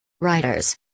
Writers